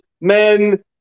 men